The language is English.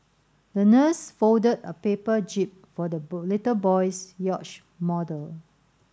the nurse folded a paper jib for the little boy's yacht model